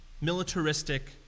militaristic